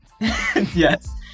Yes